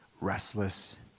restless